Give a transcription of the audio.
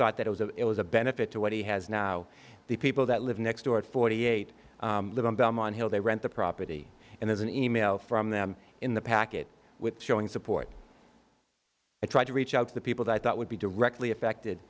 thought that it was a benefit to what he has now the people that live next door forty eight live in belmont hill they rent the property and there's an e mail from them in the packet with showing support i tried to reach out to the people that i thought would be directly affected